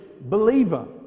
believer